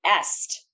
Est